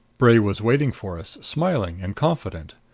bray was waiting for us, smiling and confident.